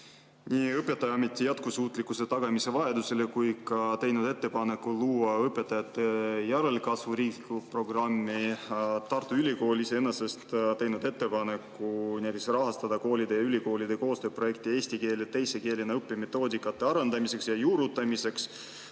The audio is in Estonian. õpetajaameti jätkusuutlikkuse tagamise vajadusele kui ka teinud ettepaneku luua õpetajate järelkasvu riiklik programm Tartu Ülikoolis, teinud ettepaneku rahastada koolide ja ülikoolide koostööprojekte eesti keele teise keelena õppemetoodikate arendamiseks ja juurutamiseks,